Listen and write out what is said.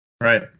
Right